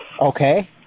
Okay